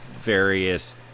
various